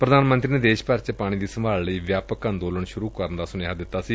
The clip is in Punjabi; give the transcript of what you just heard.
ਪ੍ਰਧਾਨ ਮੰਤਰੀ ਨੇ ਦੇਸ਼ ਭਰ ਚ ਪਾਣੀ ਦੀ ਸੰਭਾਲ ਲਈ ਵਿਆਪਕ ਅੰਦੋਲਨ ਸੁਰੂ ਕਰਨ ਦਾ ਸੁਨੇਹਾ ਦਿੱਤੈ